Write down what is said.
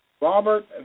Robert